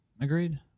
Agreed